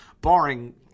barring